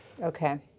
okay